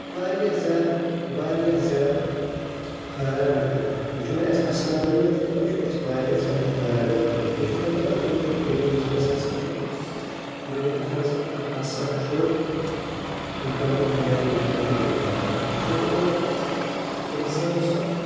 واریاہ زیادٕ واریاہ زیادٕ حٲران کران یہِ چھُنہٕ اسہ اسناونے یوت کینٛہہ یہِ چھُ اسہ واریاہ زیادٕ حٲران کران یہِ چھُ دپان دپان چھُ دنیاہس منٛز ہسا چھُ دُنیا ہس منٛز ہسا چھُ غمُک نیبہٕ نشانے مٹاوٕنۍ یہِ چھُ دپان انسانہٕ سُنٛد